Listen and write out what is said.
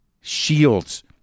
Shields